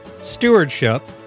stewardship